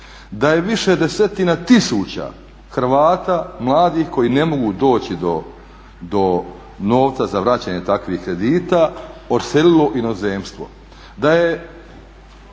Da je više desetina tisuća Hrvata mladih koji ne mogu doći do novca za vraćanje takvih kredita odselilo u inozemstvo.